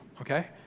okay